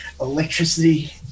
Electricity